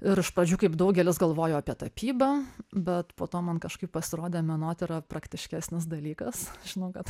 ir iš pradžių kaip daugelis galvojo apie tapybą bet po to man kažkaip pasirodė menotyra praktiškesnis dalykas žinau kad